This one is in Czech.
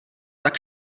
tak